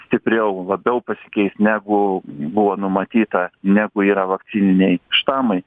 stipriau labiau pasikeis negu buvo numatyta negu yra vak nei štamai